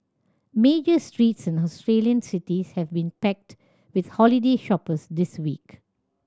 major streets in Australian cities have been packed with holiday shoppers this week